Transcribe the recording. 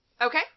okay